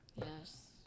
Yes